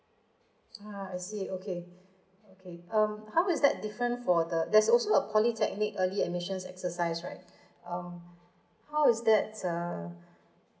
uh I see okay okay um how is that different for the there's also a polytechnic early admissions exercise right um how is that uh